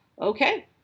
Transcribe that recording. okay